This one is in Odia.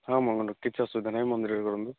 ହଁ ମଙ୍ଗନ କିଛି ଅସୁବିଧା ନାହିଁ ମନ୍ଦିର ରେ କରନ୍ତୁ